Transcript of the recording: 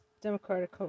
Democratic